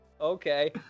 okay